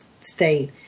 state